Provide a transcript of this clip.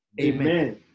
Amen